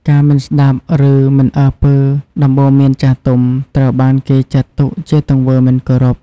ការមិនស្ដាប់ឬមិនអើពើដំបូន្មានចាស់ទុំ ត្រូវបានគេចាត់ទុកជាទង្វើមិនគោរព។